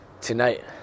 Tonight